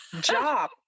job